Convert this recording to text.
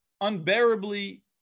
unbearably